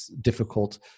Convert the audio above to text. difficult